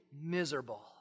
miserable